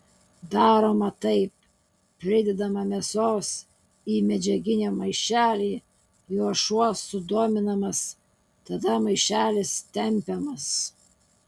daroma taip pridedama mėsos į medžiaginį maišelį juo šuo sudominamas tada maišelis tempiamas